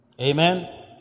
Amen